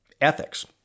ethics